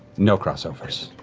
no crossovers.